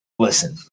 Listen